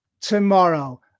tomorrow